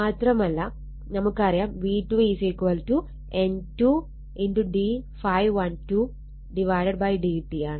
മാത്രമല്ല നമുക്കറിയാം v2 N2 d ∅12 d t ആണ്